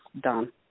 done